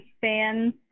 fans